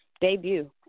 debut